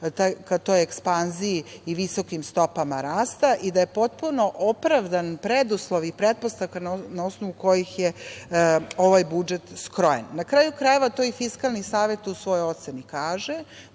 ka toj ekspanziji i visokim stopama rasta i da je potpuno opravdan preduslov i pretpostavka na osnovu kojih je ovaj budžet skrojen. Na kraju krajeva to je Fiskalni savet u svojoj oceni kaže